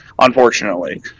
unfortunately